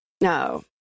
No